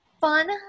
fun